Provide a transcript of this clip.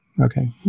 Okay